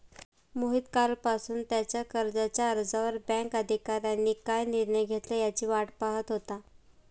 मोहित कालपासून त्याच्या कर्जाच्या अर्जावर बँक अधिकाऱ्यांनी काय निर्णय घेतला याची वाट पाहत होता